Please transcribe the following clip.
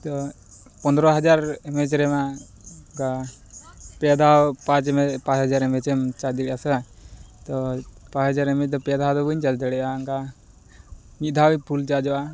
ᱛᱚ ᱯᱚᱱᱫᱽᱨᱚ ᱦᱟᱡᱟᱨ ᱤᱢᱮᱡᱽᱨᱮ ᱢᱟ ᱚᱝᱠᱟ ᱯᱮ ᱫᱷᱟᱣ ᱯᱟᱪ ᱯᱟᱪ ᱦᱟᱡᱟᱨ ᱤᱢᱮᱡᱽᱮᱢ ᱪᱟᱨᱡᱽ ᱫᱟᱲᱮᱜᱼᱟ ᱥᱮ ᱵᱟᱝ ᱛᱚ ᱯᱟᱪ ᱦᱟᱡᱟᱨ ᱤᱢᱮᱡᱽᱫᱚ ᱯᱮ ᱫᱷᱟᱣᱫᱚ ᱵᱟᱹᱧ ᱪᱟᱨᱡᱽ ᱫᱟᱲᱮᱭᱟᱜᱼᱟ ᱚᱝᱠᱟ ᱢᱤᱫ ᱫᱷᱟᱣ ᱯᱷᱩᱞ ᱪᱟᱨᱡᱚᱜᱼᱟ